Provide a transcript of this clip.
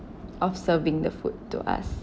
of serving the food to us